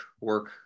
work